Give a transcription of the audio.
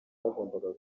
hagombaga